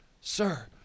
Sir